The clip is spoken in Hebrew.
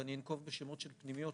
ואני אנקוב בשמות של פנימיות,